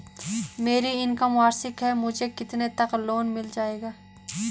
मेरी इनकम वार्षिक है मुझे कितने तक लोन मिल जाएगा?